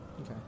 okay